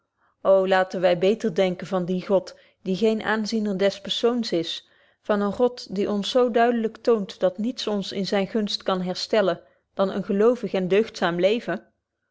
ô laten wy beter denken van dien god die geen aanziener des persoons is van een god die ons zo duidelyk toont dat niets ons in zyne gunst kan herstellen dan een gelovig en deugdzaam leven